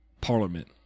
Parliament